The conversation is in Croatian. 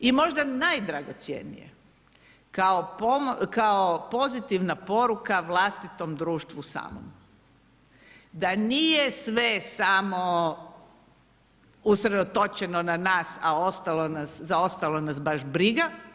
I možda najdragocjenije kao pozitivna poruka vlastitom društvu samom da nije sve samo usredotočeno na nas, a za ostalo nas baš briga.